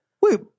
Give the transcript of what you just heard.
Wait